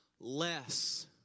less